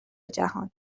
جهان